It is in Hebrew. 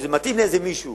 כשזה מתאים למישהו